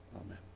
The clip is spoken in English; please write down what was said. Amen